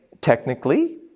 technically